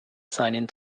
seinen